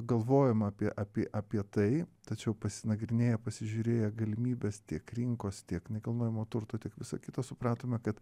galvojom apie apie apie tai tačiau pasinagrinėję pasižiūrėję galimybes tiek rinkos tiek nekilnojamo turto tiek viso kito supratome kad